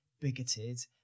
bigoted